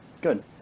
Good